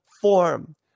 form